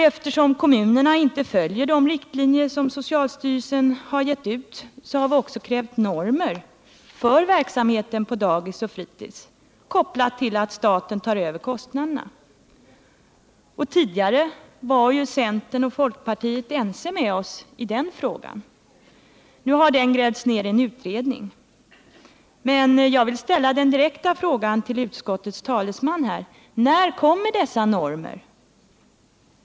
Eftersom kommunerna inte följer de riktlinjer socialstyrelsen har angivit, har vi också krävt normer för verksamheten på dagis och fritis, kopplat till att staten tar över kostnaderna. Tidigare var centern och folkpartiet ense med oss i den frågan. Nu har frågan grävts ner i en utredning, och jag vill därför fråga utskottets talesman: När kommer dessa normer?